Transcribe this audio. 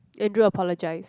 Andrew apologise